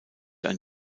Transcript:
ein